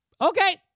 okay